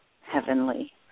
Heavenly